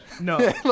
No